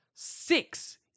six